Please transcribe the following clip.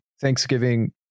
thanksgiving